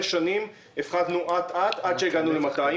שנים הפחתנו אט-אט עד שהגענו ל-200 מיליון שקל.